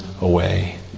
away